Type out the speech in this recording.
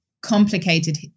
complicated